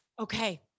Okay